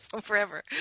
forever